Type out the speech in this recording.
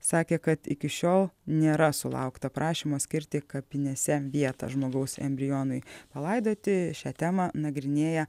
sakė kad iki šiol nėra sulaukta prašymo skirti kapinėse vietą žmogaus embrionui palaidoti šią temą nagrinėja